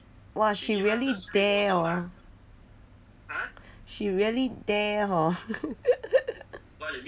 !wah! she really dare orh she really dare hor